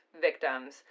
victims